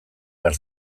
behar